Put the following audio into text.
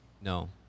no